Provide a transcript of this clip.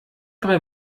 drei